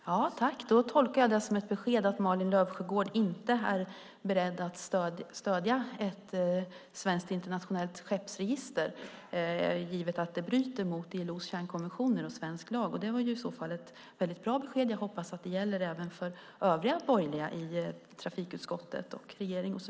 Fru talman! Jag tolkar det som ett besked om att Malin Löfsjögård inte är beredd att stödja ett svenskt internationellt skeppsregister om det bryter om ILO:s kärnkonventioner och svensk lag. Det var i så fall ett bra besked. Jag hoppas att det gäller även för regeringen och för övriga borgerliga i trafikutskottet.